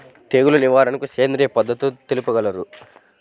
తెగులు నివారణకు సేంద్రియ పద్ధతులు తెలుపగలరు?